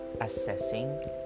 assessing